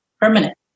permanent